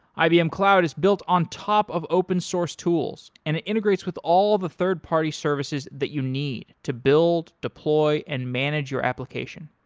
ibm cloud is built on top of open-source tools and it integrates with all the third-party services that you need to build, deploy and manage your application.